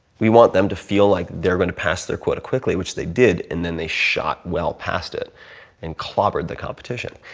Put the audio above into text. we want them to feel like they're gonna pass their quota quickly, which they did and then they shot well past it and clobbered the competition.